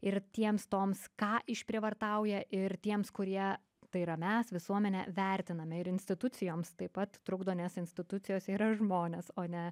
ir tiems toms ką išprievartauja ir tiems kurie tai yra mes visuomenė vertiname ir institucijoms taip pat trukdo nes institucijose yra žmonės o ne